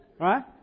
Right